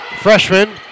Freshman